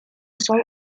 soll